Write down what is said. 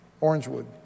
Orangewood